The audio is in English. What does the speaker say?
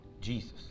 Jesus